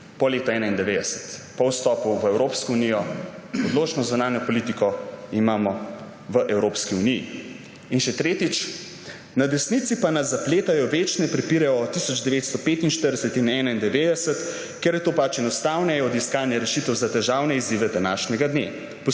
po letu 1991, po vstopu v Evropsko unijo, odločno zunanjo politiko imamo v Evropski uniji. In še: »Tretjič. Na desnici pa nas zapletajo v večne prepire o 1945 in 1991, ker je to pač enostavneje od iskanja rešitev za težavne izzive današnjega dne.